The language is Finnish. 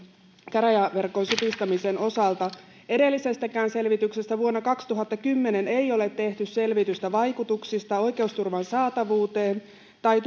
käräjäverkon supistamisen osalta edellisessäkään selvityksessä vuonna kaksituhattakymmenen ei ole tehty selvitystä vaikutuksista oikeusturvan saatavuuteen tai